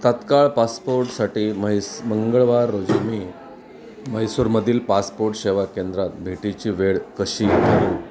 तात्काळ पासपोर्टसाठी मैस मंगळवार रोजी मी म्हैसूरमधील पासपोर्ट सेवा केंद्रात भेटीची वेळ कशी